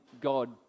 god